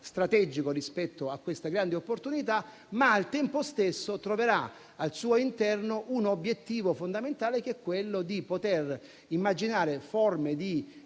strategica rispetto a questa grande opportunità. Al tempo stesso, troverà al suo interno un obiettivo fondamentale, quello di poter immaginare forme di